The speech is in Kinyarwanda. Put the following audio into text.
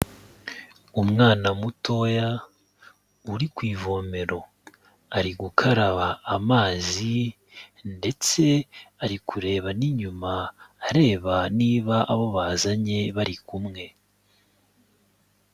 Umwana mutoya uri ku ivomero, ari gukaraba amazi ndetse ari kureba n'inyuma areba niba abo bazanye bari kumwe.